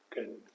Good